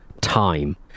time